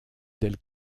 del